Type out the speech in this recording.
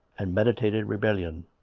and meditated rebellion.